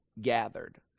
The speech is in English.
gathered